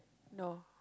no